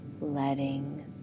Letting